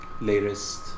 latest